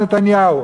נתניהו,